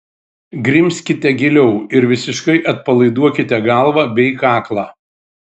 grimzkite giliau ir visiškai atpalaiduokite galvą bei kaklą